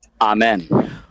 Amen